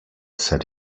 said